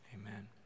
amen